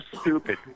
stupid